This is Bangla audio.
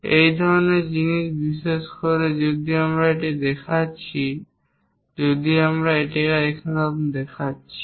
এই ধরনের জিনিস বিশেষ করে যদি আমরা এটি দেখাচ্ছি যদি আমরা এটিকে দেখাচ্ছি